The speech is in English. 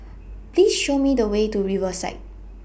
Please Show Me The Way to Riverside